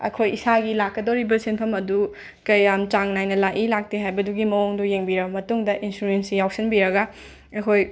ꯑꯩꯈꯣꯏ ꯏꯁꯥꯒꯤ ꯂꯥꯛꯀꯗꯣꯔꯤꯕ ꯁꯦꯟꯐꯝ ꯑꯗꯨ ꯀꯌꯥꯝ ꯆꯥꯡ ꯅꯥꯏꯅ ꯂꯥꯛꯏ ꯂꯥꯛꯇꯦ ꯍꯥꯏꯕꯗꯨꯒꯤ ꯃꯑꯣꯡꯗꯣ ꯌꯦꯡꯕꯤꯔ ꯃꯇꯨꯡꯗ ꯏꯟꯁꯨꯔꯦꯟꯁꯁꯤ ꯌꯥꯎꯁꯟꯕꯤꯔꯒ ꯑꯩꯈꯣꯏ